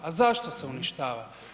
A zašto se uništava?